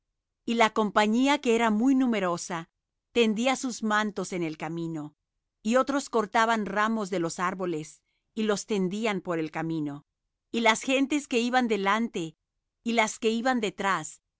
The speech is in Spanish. y la compañía que era muy numerosa tendía sus mantos en el camino y otros cortaban ramos de los árboles y los tendían por el camino y las gentes que iban delante y las que iban detrás